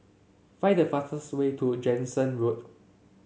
find the fastest way to Jansen Road